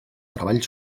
treball